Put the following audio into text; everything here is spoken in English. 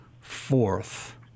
fourth